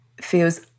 feels